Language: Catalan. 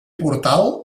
portal